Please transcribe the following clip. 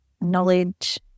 knowledge